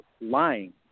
lying